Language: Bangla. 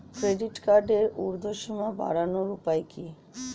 ক্রেডিট কার্ডের উর্ধ্বসীমা বাড়ানোর উপায় কি?